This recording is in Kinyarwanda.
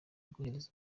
rwohereza